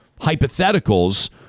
hypotheticals